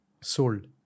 sold